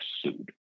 sued